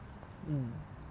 mm